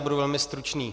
Budu velmi stručný.